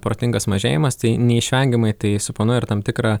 protingas mažėjimas tai neišvengiamai tai suponuoja ir tam tikrą